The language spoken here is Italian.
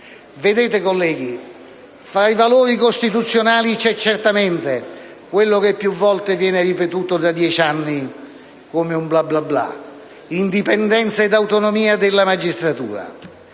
Vedete, colleghi, fra i valori costituzionali c'è certamente quello che più volte viene ripetuto da dieci anni come un bla bla bla: indipendenza ed autonomia della magistratura.